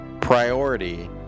priority